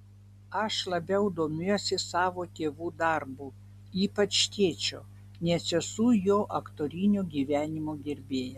aš labiau domiuosi savo tėvų darbu ypač tėčio nes esu jo aktorinio gyvenimo gerbėja